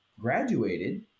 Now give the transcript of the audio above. graduated